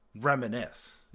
reminisce